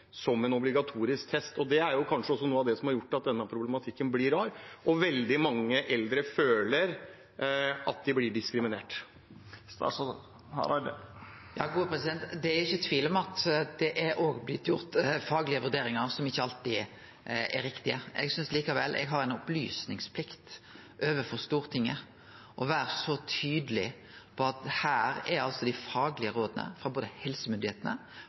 som en obligatorisk test. Det er kanskje også noe av det som har gjort at denne problematikken blir rar, og veldig mange eldre føler at de blir diskriminert. Det er ikkje tvil om at det er blitt gjort faglege vurderingar som ikkje alltid har vore riktige. Eg synest likevel at eg har ei opplysingsplikt overfor Stortinget til å vere tydeleg på at her er dei faglege råda, frå både